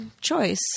choice